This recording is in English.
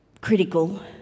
critical